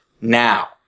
Now